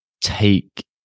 take